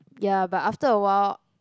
ya but after awhile